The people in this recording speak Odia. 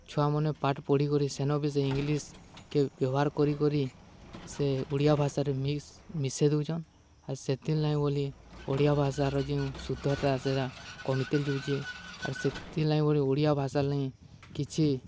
ଛୁଆମାନେ ପାଠ୍ ପଢ଼ିିକରି ସେନ ବି ସେ ଇଂଲିଶ୍କେ ବ୍ୟବହାର୍ କରିି କରି ସେ ଓଡ଼ିଆ ଭାଷାରେ ମିଶେଇ ଦଉଚନ୍ ଆର୍ ସେଥିର୍ ଲାଗି ବୋଲି ଓଡ଼ିଆ ଭାଷାର ଯେଉଁ ଶୁଦ୍ଧତା ସେଟା କମିିତେଲ୍ ଯଉଚେ ଆର୍ ସେଥିର୍ଲାଗି ବୋଲି ଓଡ଼ିଆ ଭାଷା ଲାଗି କିଛି